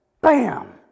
Bam